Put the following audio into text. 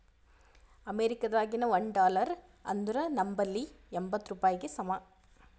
ಅಮೇರಿಕಾದಾಗಿನ ಒಂದ್ ಡಾಲರ್ ಅಂದುರ್ ನಂಬಲ್ಲಿ ಎಂಬತ್ತ್ ರೂಪಾಯಿಗಿ ಸಮ